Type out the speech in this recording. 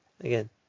Again